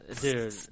Dude